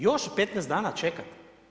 Još 15 dana čekati?